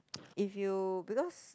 if you because